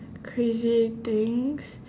crazy things